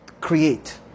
create